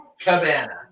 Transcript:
Cabana